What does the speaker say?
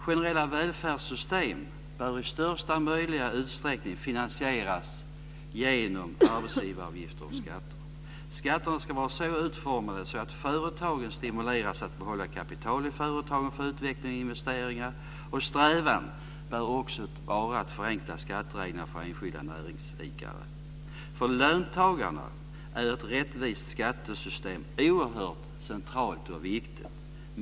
Generella välfärdssystem bör i största möjliga utsträckning finansieras genom arbetsgivaravgifter och skatter. Skatterna ska vara så utformade att företagen stimuleras att behålla kapital i företag för utveckling och investeringar, och strävan bör vara att förenkla skattereglerna för enskilda näringsidkare. Ett rättvist skattesystem är oerhört centralt och viktigt för löntagarna.